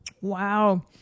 Wow